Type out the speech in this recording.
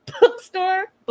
bookstore